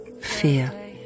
Fear